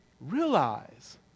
Realize